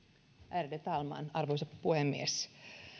ärade talman arvoisa puhemies